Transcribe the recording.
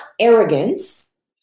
arrogance